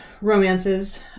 romances